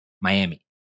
Miami